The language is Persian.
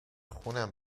خونم